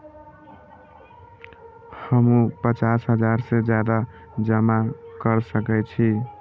हमू पचास हजार से ज्यादा जमा कर सके छी?